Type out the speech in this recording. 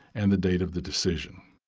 and the date of the decision.